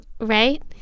right